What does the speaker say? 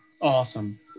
awesome